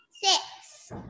Six